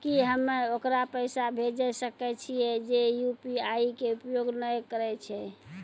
की हम्मय ओकरा पैसा भेजै सकय छियै जे यु.पी.आई के उपयोग नए करे छै?